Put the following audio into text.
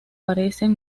parecen